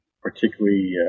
particularly